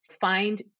Find